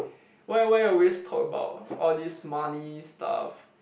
why why always talk about all these money stuff